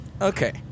Okay